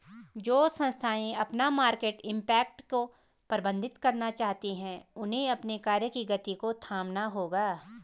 जो संस्थाएं अपना मार्केट इम्पैक्ट को प्रबंधित करना चाहती हैं उन्हें अपने कार्य की गति को थामना होगा